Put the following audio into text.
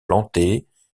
plantées